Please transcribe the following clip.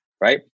Right